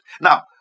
Now